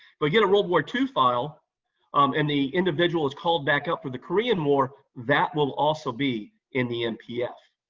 but get a world war ii file um and the individual is called back up for the korean war, that will also be in the mpf,